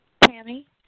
Tammy